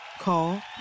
Call